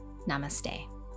Namaste